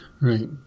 Right